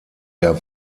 der